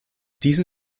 diesen